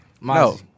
No